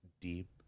deep